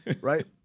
right